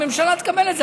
הממשלה תקבל את זה.